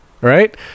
Right